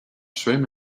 swim